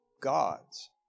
gods